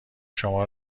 شما